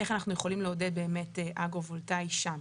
איך אנחנו יכולים לעודד באמת אגרו-וולטאי שם.